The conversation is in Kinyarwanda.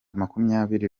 makumyabiri